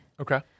Okay